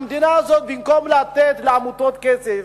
המדינה הזאת במקום לתת לעמותות כסף,